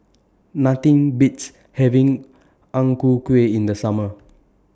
Nothing Beats having Ang Ku Kueh in The Summer